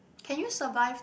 can you survive